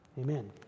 Amen